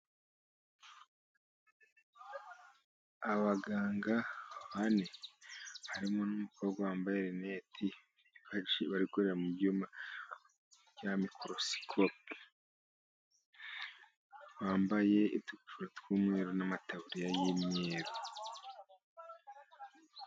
Abaganga bane harimo n'umukobwa wambaye rinete. bari kureba mu byuma bya mikorosikope, bambaye utugofero tw'umweru n'amataburiya y'imyeru.